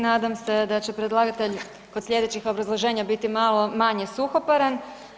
Nadam se da će predlagatelj kod slijedećih obrazloženja biti malo manje suhoparan.